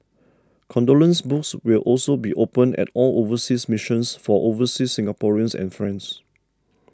condolence books will also be opened at all overseas missions for overseas Singaporeans and friends